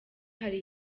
hari